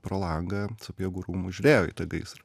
pro langą sapiegų rūmų žiūrėjo į tą gaisrą